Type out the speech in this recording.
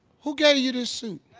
who gave you this suit?